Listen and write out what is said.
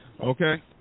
Okay